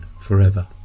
forever